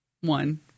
One